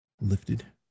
lifted